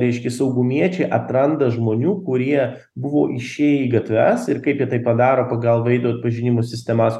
reiškia saugumiečiai atranda žmonių kurie buvo išėję į gatves ir kaip jie tai padaro pagal veido atpažinimo sistemas